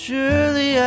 Surely